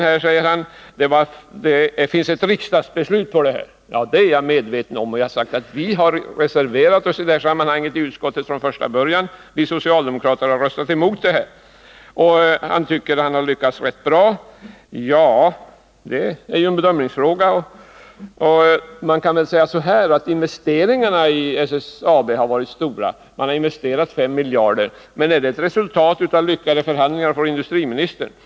Nils Åsling säger att det finns ett riksdagsbeslut i denna del. Jag är medveten om detta och jag vet att vi har reserverat oss i detta sammanhang i utskottet från första början. Vi socialdemokrater har röstat emot förslaget. Nils Åsling tycker att han har lyckats rätt bra. Ja, det är en bedömningsfråga. Man kan väl säga att investeringarna i SSAB har varit stora — det har investerats 5 miljarder kronor. Men är det ett resultat av lyckade förhandlingar för industriministern?